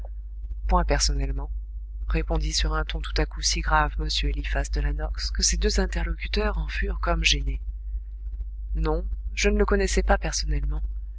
point personnellement répondit sur un ton tout à coup si grave m eliphas de la nox que ses deux interlocuteurs en furent comme gênés non je ne le connaissais pas personnellement